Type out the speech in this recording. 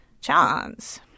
chance